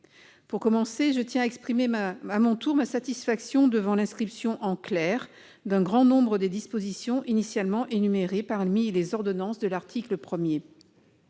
Pour commencer, je tiens à exprimer à mon tour ma satisfaction qu'un grand nombre des dispositions initialement énumérées parmi les ordonnances de l'article